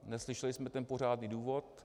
Neslyšeli jsme pořádný důvod.